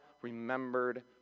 remembered